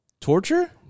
Torture